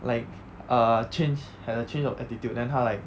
like err change had a change of attitude then 他 like